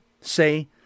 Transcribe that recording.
say